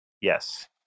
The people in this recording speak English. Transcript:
yes